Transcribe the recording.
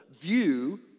view